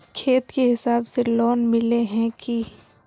खेत के हिसाब से लोन मिले है की?